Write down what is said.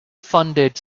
funded